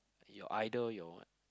your idol your what